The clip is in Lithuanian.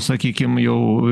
sakykim jau